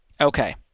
Okay